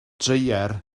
dreier